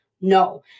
no